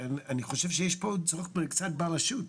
אני חושב שיש פה צורך בקצת בלשות,